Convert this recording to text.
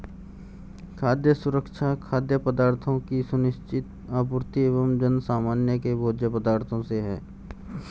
खाद्य सुरक्षा खाद्य पदार्थों की सुनिश्चित आपूर्ति एवं जनसामान्य के भोज्य पदार्थों से है